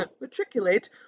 matriculate